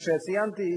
כמו שציינתי,